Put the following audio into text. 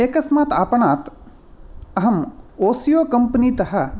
एकस्मात् आपणात् अहम् ओसियो कम्पिनी तः